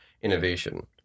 innovation